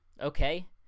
Okay